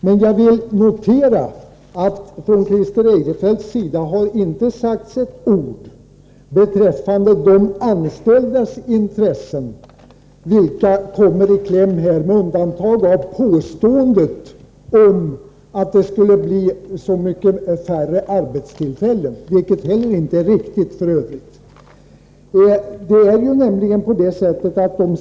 Men jag vill notera att Christer Eirefelt inte sagt ett ord om de anställdas intressen, som ju kommer i kläm, med undantag av att han påstod att en affärstidsreglering skulle innebära mycket färre arbetstillfällen, vilket f.ö. inte är riktigt.